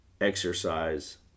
exercise